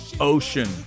Ocean